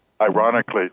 Ironically